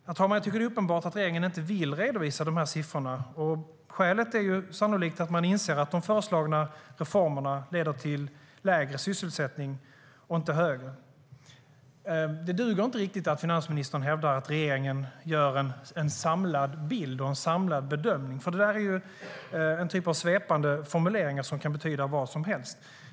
Jag tycker att det är uppenbart att regeringen inte vill redovisa siffrorna. Skälet är sannolikt att man inser att de föreslagna reformerna leder till lägre sysselsättning, inte högre. Det duger inte riktigt att finansministern hävdar att regeringen gör en samlad bild och en samlad bedömning. Det är en typ av svepande formuleringar som kan betyda vad som helst.